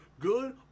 Good